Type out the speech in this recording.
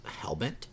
Hellbent